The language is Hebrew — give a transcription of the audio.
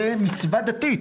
זו מצווה דתית.